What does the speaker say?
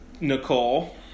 Nicole